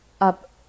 up